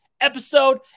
episode